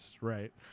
Right